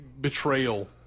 betrayal